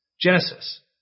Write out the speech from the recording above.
Genesis